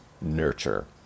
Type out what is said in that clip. nurture